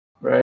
Right